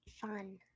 Fun